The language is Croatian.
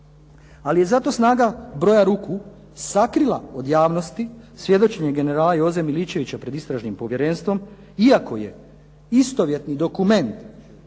Ali je zato snaga broja ruku sakrila od javnosti svjedočenje generala Joze Miličevića pred Istražnim povjerenstvom iako je istovjetni dokument